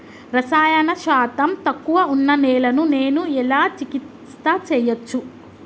రసాయన శాతం తక్కువ ఉన్న నేలను నేను ఎలా చికిత్స చేయచ్చు?